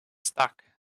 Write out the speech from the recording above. stuck